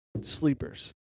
Sleepers